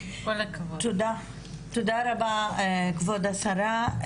תודה רבה כבוד השרה.